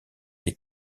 les